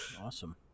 Awesome